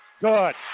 Good